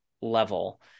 level